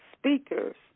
speakers